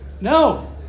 No